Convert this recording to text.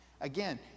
again